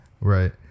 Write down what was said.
Right